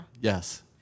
Yes